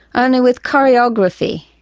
and with choreography.